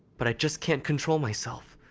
but i just can't control myself.